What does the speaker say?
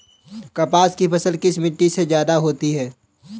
कपास की फसल किस मिट्टी में ज्यादा होता है?